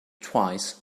twice